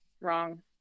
Wrong